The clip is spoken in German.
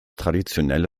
traditionelle